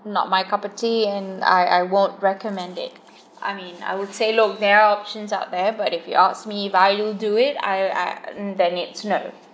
not my cup of tea and I I won't recommend it I mean I would say look there are options out there but if you ask me if I will do it I I then it's no